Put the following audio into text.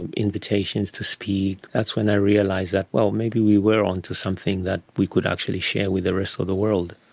and invitations to speak, that's when i realised that maybe we were onto something that we could actually share with the rest of the world.